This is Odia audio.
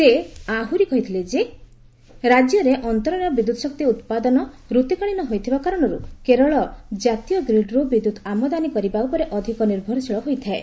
ସେ ଆହୁରି କହିଥିଲେ ଯେ ରାଜ୍ୟରେ ଅନ୍ତରୀଣ ବିଦ୍ୟୁତ୍ ଶକ୍ତି ଉତ୍ପାଦନ ଋତୁକାଳିନ ହୋଇଥିବା କାରଣରୁ କେରଳ ଜାତୀୟ ଗ୍ରୀଡ୍ରୁ ବିଦ୍ୟୁତ୍ ଆମଦାନୀ କରିବା ଉପରେ ଅଧିକ ନିର୍ଭରଶୀଳ ହୋଇଥାଏ